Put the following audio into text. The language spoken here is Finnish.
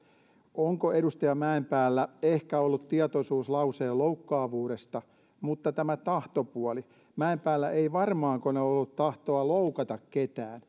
edustaja mäenpäällä on ehkä ollut tietoisuus lauseen loukkaavuudesta mutta entä tämä tahtopuoli mäenpäällä ei varmaankaan ole ollut tahtoa loukata ketään